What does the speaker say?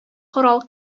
корал